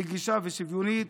נגישה ושוויונית.